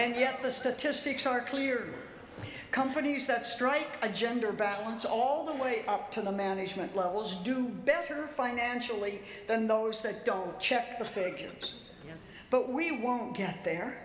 and yet the statistics are clear companies that strike a gender balance all the way up to the management levels do better financially than those that don't check the figures but we won't get there